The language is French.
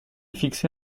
fixé